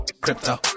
crypto